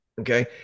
okay